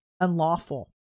unlawful